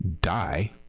die